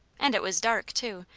and it was dark, too,